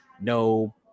no